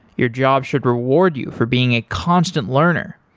your job should reward you for being a constant learner,